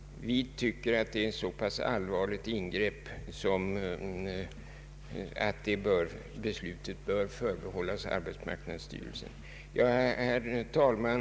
Vi tycker att det är ett så pass allvarligt ingrepp, att beslutet bör förbehållas arbetsmarknadsstyrelsen. Herr talman!